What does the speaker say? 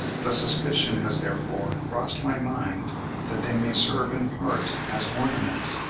the suspicion has therefore crossed my mind that they may serve in part as ornaments.